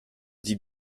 dit